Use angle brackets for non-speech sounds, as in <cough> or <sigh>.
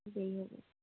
<unintelligible>